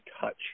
touch